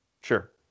Sure